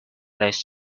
less